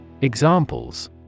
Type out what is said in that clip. Examples